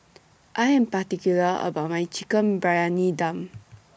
I Am particular about My Chicken Briyani Dum